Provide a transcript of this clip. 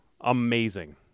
Amazing